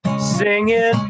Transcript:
singing